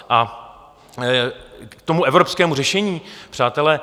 A k tomu evropskému řešení, přátelé.